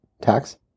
tax